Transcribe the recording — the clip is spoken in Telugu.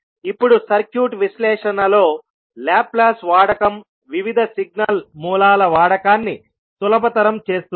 ఇప్పుడు సర్క్యూట్ విశ్లేషణలో లాప్లాస్ వాడకం వివిధ సిగ్నల్ మూలాల వాడకాన్ని సులభతరం చేస్తుంది